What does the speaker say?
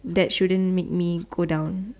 that shouldn't make me go down